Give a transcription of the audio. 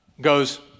goes